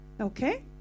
Okay